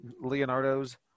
Leonardo's